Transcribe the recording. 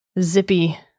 zippy